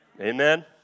Amen